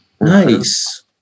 Nice